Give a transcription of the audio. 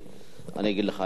אני אגיד לך,